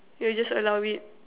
you will just allow it